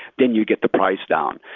then you get the price down.